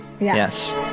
Yes